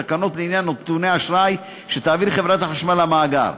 תקנות לעניין נתוני האשראי שתעביר חברת החשמל למאגר.